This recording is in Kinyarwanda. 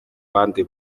bandi